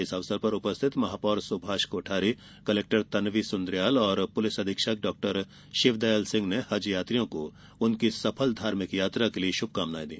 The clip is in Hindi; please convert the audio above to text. इस अवसर पर उपस्थित महापौर ं सुभाष कोठारी कलेक्टर तन्वी सुन्द्रियाल व पुलिस अधीक्षक डॉ शिवदयाल सिंह ने हज यात्रियों को उनकी सफल धार्मिक यात्रा के लिए श्भकामनाएं दी